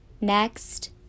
Next